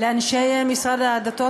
לאנשי המשרד לשירותי דת,